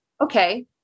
okay